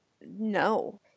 No